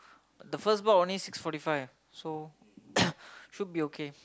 the first part only six forty five so should be okay